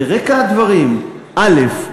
ברקע הדברים: א.